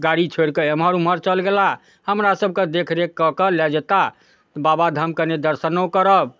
गाड़ी छोड़िकऽ एम्हर ओम्हर चलि गेलाह हमरासबके देखरेख कऽ कऽ लऽ जेताह बाबाधाम कने दर्शनो करब